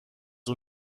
اون